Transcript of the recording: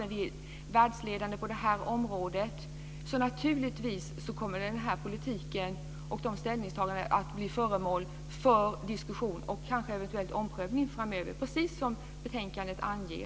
Ändå är vi världsledande på området, så naturligtvis kommer den här politiken och olika ställningstaganden att bli föremål för diskussioner och kanske också för en omprövning framöver, precis som betänkandet anger.